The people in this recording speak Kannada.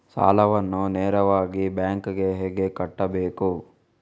ಸಾಲವನ್ನು ನೇರವಾಗಿ ಬ್ಯಾಂಕ್ ಗೆ ಹೇಗೆ ಕಟ್ಟಬೇಕು?